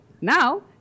now